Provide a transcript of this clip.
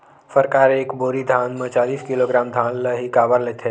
सरकार एक बोरी धान म चालीस किलोग्राम धान ल ही काबर लेथे?